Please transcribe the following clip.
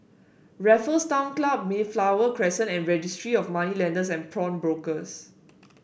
Raffles Town Club Mayflower Crescent and Registry of Moneylenders and Pawnbrokers